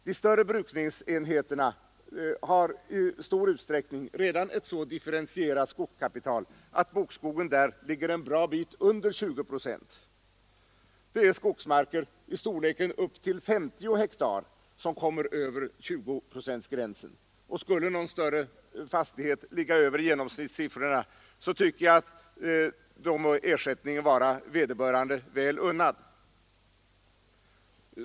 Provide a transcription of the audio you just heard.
De större brukningsenheterna har i stor utsträckning redan ett så differentierat skogskapital att bokskogen där ligger en bra bit under 20 procent. Det är skogsmarker i storleken upp till 50 hektar som kommer över 20-procentsgränsen. Och skulle någon större fastighet ligga över genomsnittssiffrorna, tycker jag att ersättningen må vara vederbörande väl unnad.